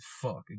Fuck